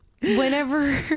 Whenever